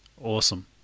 awesome